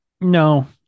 No